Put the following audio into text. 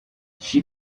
she